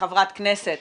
כחברת כנסת